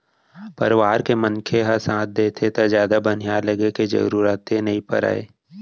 परवार के मनखे ह साथ देथे त जादा बनिहार लेगे के जरूरते नइ परय